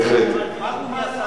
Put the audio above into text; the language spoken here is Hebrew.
ראש הממשלה